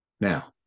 Now